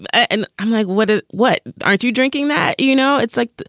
but and i'm like, what? ah what aren't you drinking that? you know, it's like,